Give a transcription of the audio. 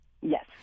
Yes